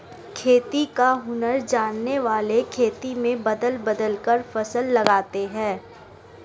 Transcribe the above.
खेती का हुनर जानने वाले खेत में बदल बदल कर फसल लगाते हैं